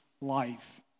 life